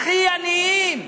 הכי עניים.